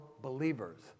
believers